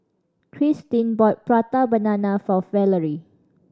Kristin bought Prata Banana for Valery